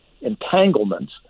entanglements